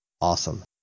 Awesome